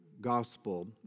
gospel